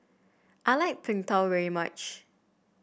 I like Png Tao very much